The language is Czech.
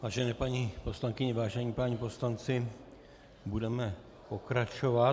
Vážené paní poslankyně, vážení páni poslanci, budeme pokračovat.